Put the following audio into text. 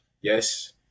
yes